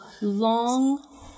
long